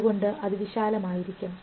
അതുകൊണ്ട് അത് വിശാലം ആയിരിക്കും